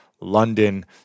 London